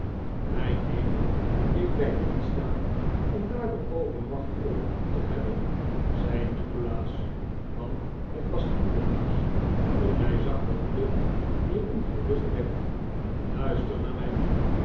mijn hemel ik blijf niet staan om da'ardoor overmacht over u te hebben zei nikolaas want het was nikolaas toen hij zag dat gride weer ongerust werd luister naar mij